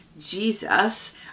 Jesus